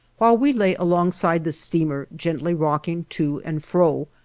while we lay alongside the steamer, gently rocking to and fro,